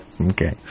Okay